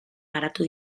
garatu